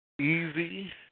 Easy